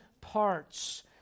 parts